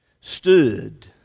stood